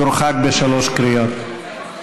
יורחק בשלוש קריאות.